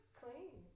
clean